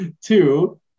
two